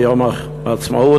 ביום העצמאות,